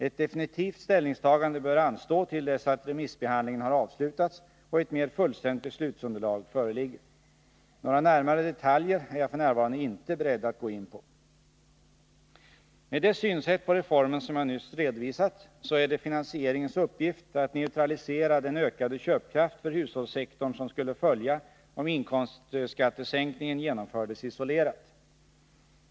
Ett definitivt ställningstagande bör anstå till dess remissbehandlingen har avslutats och ett mer fullständigt beslutsunderlag föreligger. Några närmare detaljer är jag f. n. inte beredd att gå in på. Med det synsätt på reformen som jag nyss redovisat är det finansieringens uppgift att neutralisera den ökade köpkraften för hushållssektorn som skulle följa, om inkomstskattesänkningen genomfördes isolerat.